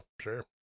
sure